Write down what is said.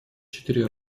четыре